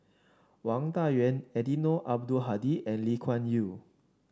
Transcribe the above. Wang Dayuan Eddino Abdul Hadi and Lee Kuan Yew